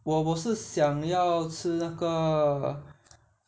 我我是想要吃那个